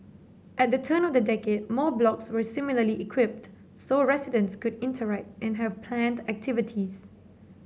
at the turn of the decade more blocks were similarly equipped so residents could interact and have planned activities